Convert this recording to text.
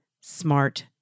smart